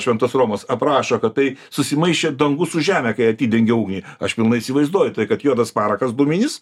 šventos romos aprašo kad tai susimaišė dangus su žeme kai atidengė ugnį aš pilnai įsivaizduoju kad juodas parakas dūminis